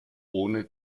ohne